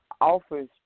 offers